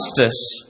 justice